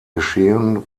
geschehen